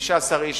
15 איש